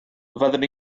fyddwn